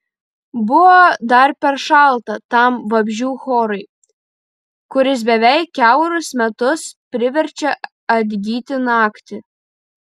buvo dar per šalta tam vabzdžių chorui kuris beveik kiaurus metus priverčia atgyti naktį